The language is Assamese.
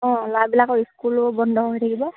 অঁ ল'ৰাবিলাকৰ স্কুলো বন্ধ হৈ থাকিব